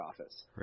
Office